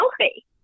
healthy